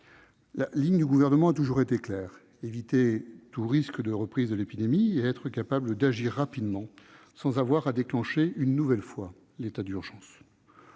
La ligne du Gouvernement a toujours été claire : éviter tout risque de reprise de l'épidémie et être capable d'agir rapidement, sans se voir obligé de déclencher, une nouvelle fois, l'état d'urgence